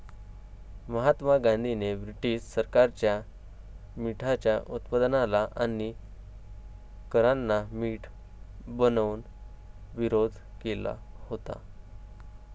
महात्मा गांधींनी ब्रिटीश सरकारच्या मिठाच्या उत्पादनाला आणि करांना मीठ बनवून विरोध केला होता